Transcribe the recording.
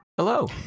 Hello